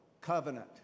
covenant